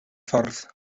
ffordd